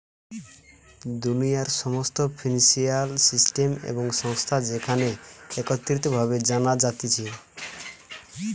দুনিয়ার সমস্ত financial system এবং সংস্থা যেখানে একত্রিত ভাবে জানা যাতিছে